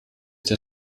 der